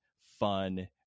fun